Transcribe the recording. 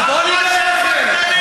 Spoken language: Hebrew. אבל בוא ואגלה לכם.